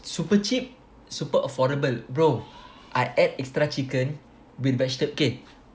super cheap super affordable bro I add extra chicken with veg~ K